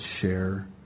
share